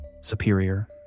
Superior